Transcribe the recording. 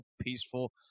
peaceful